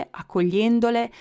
accogliendole